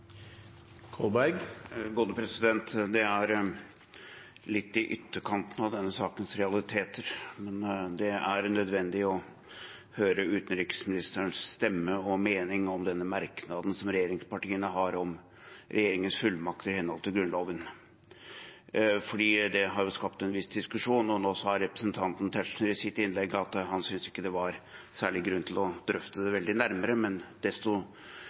nødvendig å høre utenriksministerens stemme og mening om denne merknaden som regjeringspartiene har om regjeringens fullmakter i henhold til Grunnloven, fordi det har skapt en viss diskusjon. Nå sa representanten Tetzschner i sitt innlegg at han ikke synes det er noen særlig grunn til å drøfte det nærmere, men